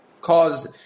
cause